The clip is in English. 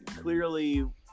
clearly